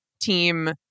team